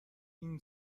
این